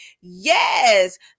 Yes